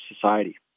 society